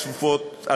הצפופות,